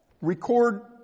record